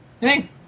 hey